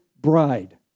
bride